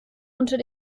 unter